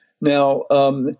Now